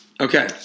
Okay